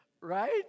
right